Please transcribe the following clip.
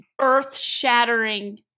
earth-shattering